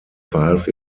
verhalf